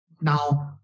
Now